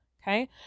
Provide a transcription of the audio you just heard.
Okay